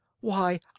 -"Why